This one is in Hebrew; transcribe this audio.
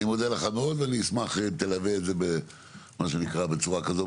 אני מודה לך מאוד ואני אשמח שתלווה את זה במה שנקרא בצורה כזו,